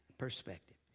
perspective